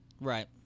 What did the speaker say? Right